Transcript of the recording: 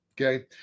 okay